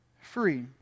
free